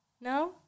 No